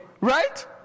right